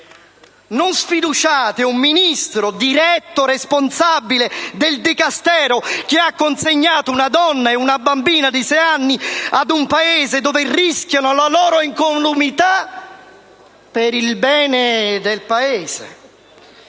Non sfiduciate un Ministro diretto responsabile del Dicastero che ha consegnato una donna e una bambina di sei anni ad un Paese nel quale rischiano la loro incolumità, per il bene del Paese.